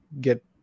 get